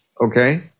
okay